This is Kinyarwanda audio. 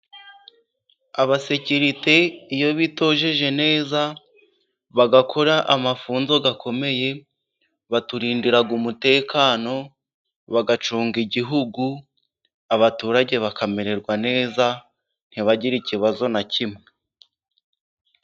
Abasekirite iyo bitojeje neza bagakora amafunzo akomeye baturindira umutekano ,bacunga igihugu abaturage bakamererwa neza ntibagire ikibazo na kimwe.